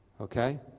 Okay